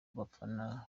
bafana